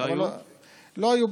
לא היו,